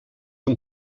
und